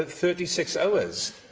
ah thirty six hours,